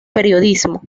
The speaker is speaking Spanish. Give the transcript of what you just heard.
periodismo